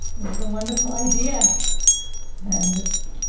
it was a wonderful idea and it's,